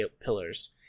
pillars